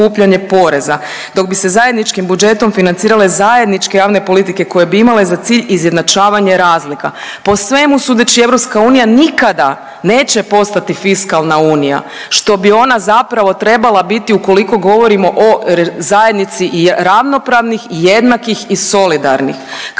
dok bi se zajedničkim budžetom financirale zajedničke javne politike koje bi imale za cilj izjednačavanje razlika. Po svemu sudeći EU nikada neće postati fiskalna unija što bi ona zapravo trebala biti ukoliko govorimo o zajednici i ravnopravnih i jednakih i solidarnih